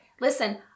listen